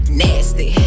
nasty